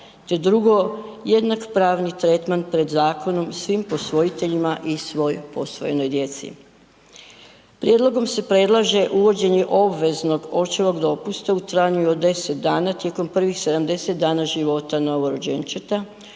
te drugo jednak pravni tretman pred zakonom i svim posvojiteljima i svoj posvojenoj djeci. Prijedlogom se predlaže uvođenje obveznog očevo dopusta u trajanju od 10 dana tijekom prvih 70 dana života novorođenčeta